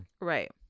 Right